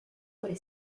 por